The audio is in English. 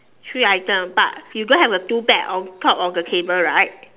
three item but you don't have a two bag on top of the table right